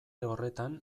horretan